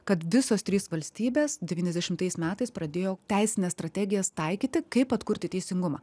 kad visos trys valstybės devyniasdešimtais metais pradėjo teisines strategijas taikyti kaip atkurti teisingumą